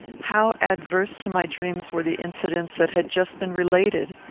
how adverse to my dreams were the incidents that had just been related!